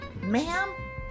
ma'am